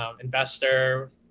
investor